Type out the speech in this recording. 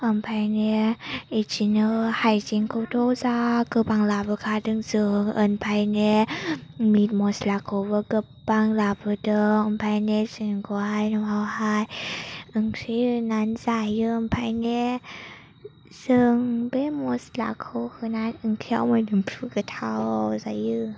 ओमफ्राय बिदिनो हायजेंखौथ' जा गोबां लाबोखादों जों ओमफाय मित मस्लाखौबो गोबां लाबोदों ओमफ्राय जों बेखौहाय न'आवहाय ओंख्रि होनानै जायो ओमफ्राय जों बे मस्लाखौ होनाय ओंख्रियाव मोदोमफ्रु गोथाव जायो